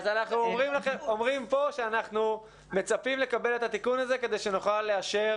אז אנחנו אומרים פה שאנחנו מצפים לקבל את התיקון הזה כדי שנוכל לאשר